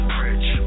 rich